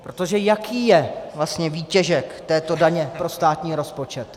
Protože jaký je vlastně výtěžek této daně pro státní rozpočet?